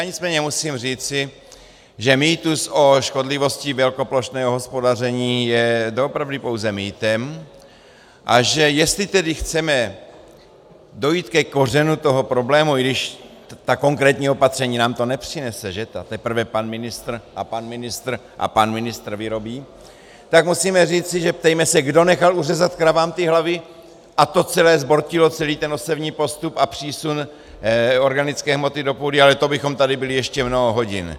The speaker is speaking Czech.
Nicméně musím říci, že mýtus o škodlivosti velkoplošného hospodaření je doopravdy pouze mýtem, a že jestli tedy chceme dojít ke kořenu toho problému, i když ta konkrétní opatření nám to nepřinese, že teprve pan ministr a pan ministr a pan ministr vyrobí, tak musíme říci, ptejme se, kdo nechal uřezat kravám ty hlavy a to celé zbortilo celý ten osevní postup a přísun organické hmoty do půdy, ale to bychom tady byli ještě mnoho hodin.